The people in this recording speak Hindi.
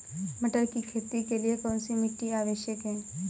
मटर की खेती के लिए कौन सी मिट्टी आवश्यक है?